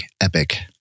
Epic